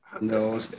no